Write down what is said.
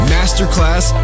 Masterclass